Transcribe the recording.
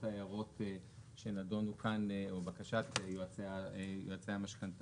ההערות שנדונו כאן או בקשת יועצי המשכנתאות.